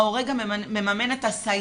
ההורה גם מממן את הסייעת.